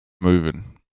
moving